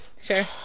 sure